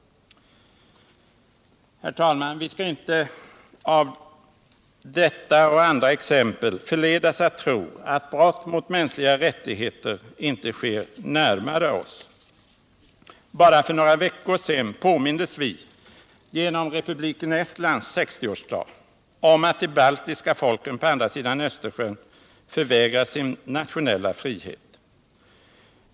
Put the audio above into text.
Herr talman! Vi skall inte av detta och andra exempel förledas att tro att brott mot mänskliga rättigheter inte sker närmare oss. Bara för några veckor sedan påmindes vi — genom republiken Estlands 60-årsdag - om att de baltiska folken på andra sidan Östersjön förvägras sin nationella frihet.